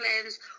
plans